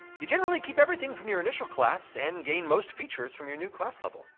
you generally keep everything from your initial class, and gain most features from your new class level.